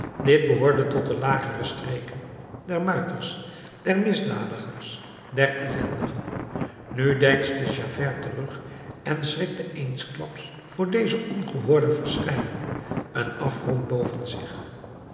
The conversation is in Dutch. dit behoorde tot de lagere streken der muiters der misdadigers der ellendigen nu deinsde javert terug en schrikte eensklaps voor deze ongehoorde verschijning een afgrond boven zich